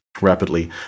rapidly